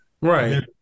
Right